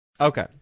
Okay